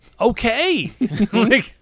okay